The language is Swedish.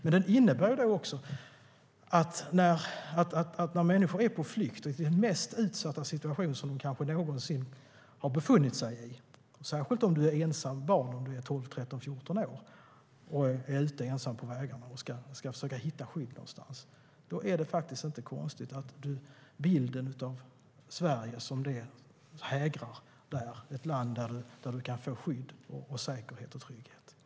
Men det innebär också att när människor är på flykt och i den mest utsatta situation som de kanske någonsin har befunnit sig i - särskilt om man är ett ensamt barn på 12, 13 eller 14 år, ensam på vägarna och ska försöka hitta skydd någonstans - är det inte konstigt att bilden av Sverige som ett land där du kan få skydd, säkerhet och trygghet hägrar.